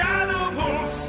animals